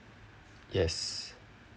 yes